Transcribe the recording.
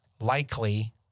likely